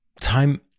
time